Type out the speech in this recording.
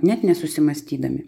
net nesusimąstydami